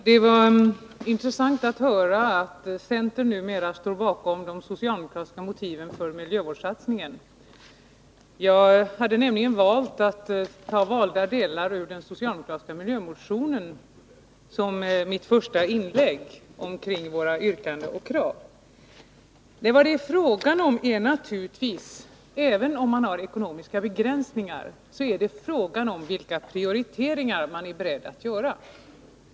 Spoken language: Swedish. Herr talman! Det var intressant att höra att centern numera står bakom de socialdemokratiska motiven för miljövårdssatsningen. Jag hade nämligen valt att återge vissa delar av den socialdemokratiska miljömotionen i mitt första inlägg om våra yrkanden och krav. Vad det är fråga om är naturligtvis, även om man har ekonomiska begränsningar, vilka prioriteringar man är beredd att göra.